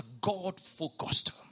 God-focused